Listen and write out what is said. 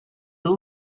two